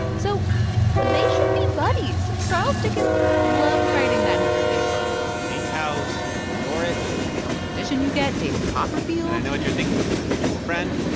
so they should be buddies. charles dickens loved writing nine hundred page books bleak house, little dorrit. depending on what edition you get, david copperfield. know what you're thinking our mutual friend.